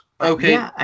Okay